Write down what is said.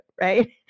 right